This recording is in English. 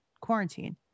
quarantine